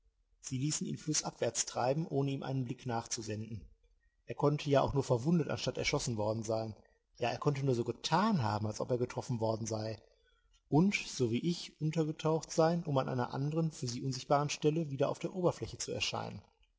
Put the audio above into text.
sie ließen ihn flußabwärts treiben ohne ihm einen blick nachzusenden er konnte ja auch nur verwundet anstatt erschossen worden sein ja er konnte nur so getan haben als ob er getroffen worden sei und so wie ich untergetaucht sein um an einer andern für sie unsichtbaren stelle wieder auf der oberfläche zu erscheinen